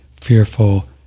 fearful